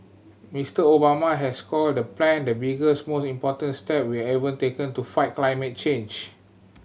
Mister Obama has called the plan the biggest most important step we've ever taken to fight climate change